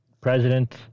President